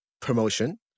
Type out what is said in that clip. promotion